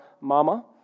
Mama